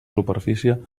superfície